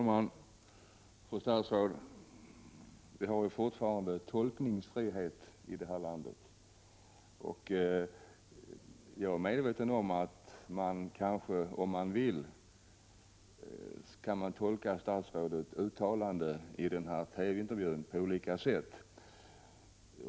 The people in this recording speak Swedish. Herr talman! Det råder fortfarande tolkningsfrihet i det här landet, fru statsråd, och jag är medveten om att man om man vill kan tolka statsministerns uttalande i TV-intervjun på olika sätt.